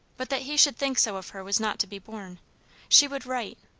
but that he should think so of her was not to be borne she would write.